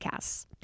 podcasts